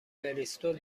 بریستول